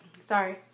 sorry